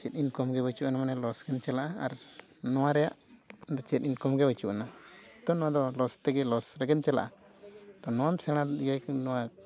ᱪᱮᱫ ᱤᱱᱠᱚᱢ ᱵᱟᱹᱪᱩᱜᱼᱟ ᱢᱟᱱᱮ ᱞᱚᱥ ᱜᱮᱢ ᱪᱟᱞᱟᱜᱼᱟ ᱟᱨ ᱱᱚᱣᱟ ᱨᱮᱭᱟᱜ ᱫᱚ ᱪᱮᱫ ᱤᱱᱠᱟᱢ ᱜᱮ ᱵᱟᱹᱪᱩᱜ ᱟᱱᱟ ᱛᱳ ᱱᱚᱣᱟ ᱫᱚ ᱞᱚᱥ ᱨᱮᱜᱮ ᱞᱚᱥ ᱨᱮᱜᱮᱢ ᱪᱟᱞᱟᱜᱼᱟ ᱛᱳ ᱱᱚᱣᱟᱢ ᱥᱮᱬᱟᱢ ᱤᱭᱟᱹᱭ ᱠᱷᱟᱱ ᱱᱚᱣᱟ